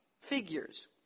figures